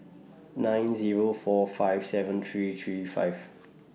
nine Zero four five seven three three five